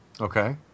Okay